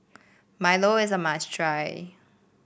milo is a must try